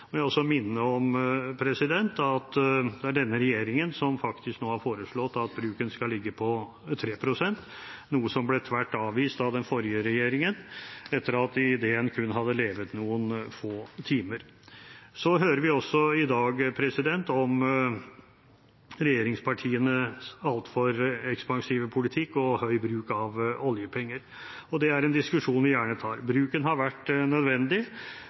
årene. Jeg vil også minne om at det er denne regjeringen som nå har foreslått at bruken skal ligge på 3 pst., noe som ble tvert avvist av den forrige regjeringen etter at ideen kun hadde levd noen få timer. Vi hører også i dag om regjeringspartienes altfor ekspansive politikk og høye bruk av oljepenger. Det er en diskusjon vi gjerne tar. Bruken har vært nødvendig,